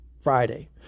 Friday